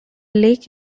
lake